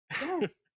yes